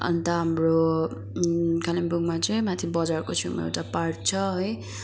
अन्त हाम्रो कालिम्पोङमा चाहिँ माथि बजारको छेउमा एउटा पार्क छ है